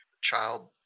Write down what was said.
child